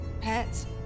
pets